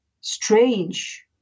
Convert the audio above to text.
strange